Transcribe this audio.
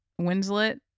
Winslet